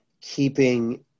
keeping